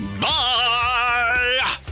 Bye